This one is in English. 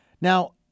Now